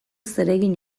zeregin